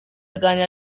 aganira